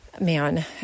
man